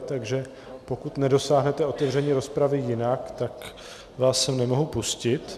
Takže pokud nedosáhnete otevření rozpravy jinak, tak vás nemohu pustit.